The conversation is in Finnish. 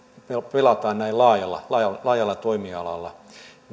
pelataan näin laajalla laajalla toimialalla